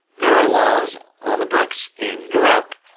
there are laws on the books in europe,